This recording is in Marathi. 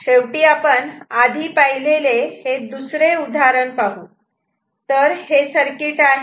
शेवटी आपण आधि पाहिलेले हे दुसरे उदाहरण पाहू तर हे सर्किट आहे